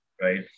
right